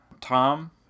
Tom